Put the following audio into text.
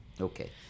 Okay